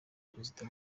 prezida